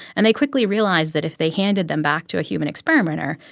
and they quickly realized that if they handed them back to a human experimenter,